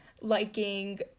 liking